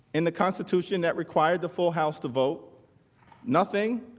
in the constitution that require the full house to vote nothing